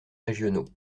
régionaux